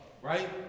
Right